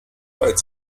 als